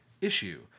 issue